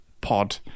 Pod